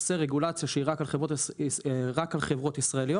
עושה רגולציה שהיא רק על חברות ישראליות.